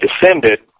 descended